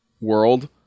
world